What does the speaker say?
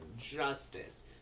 justice